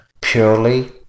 purely